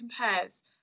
compares